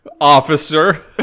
officer